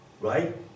right